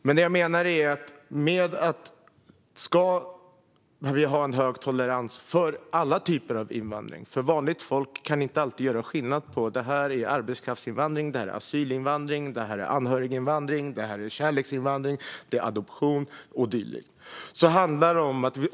Vad jag menar är att vi ska ha en hög tolerans för alla typer av invandring, för vanligt folk kan inte alltid göra skillnad på vad som är arbetskraftsinvandring, asylinvandring, anhöriginvandring, kärleksinvandring, adoption och dylikt.